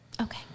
Okay